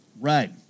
right